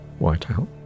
Whiteout